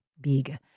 big